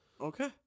okay